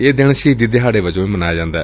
ਇਹ ਦਿਨ ਸ਼ਹੀਦੀ ਦਿਹਾੜੇ ਵਜੋਂ ਵੀ ਮਨਾਇਆ ਜਾਂਦੈ